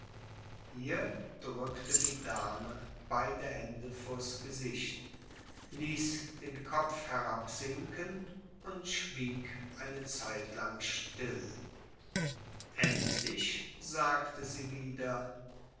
hier drückte die dame beide hände vors gesicht ließ den kopf herabsinken und schwieg eine zeitlang still endlich sagte sie wieder